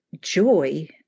joy